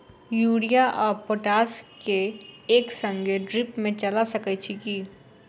Urea आ potash केँ एक संगे ड्रिप मे चला सकैत छी की?